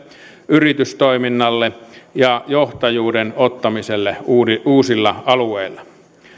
yritystoiminnalle ja johtajuuden ottamiselle uusilla alueilla